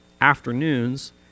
afternoons